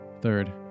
third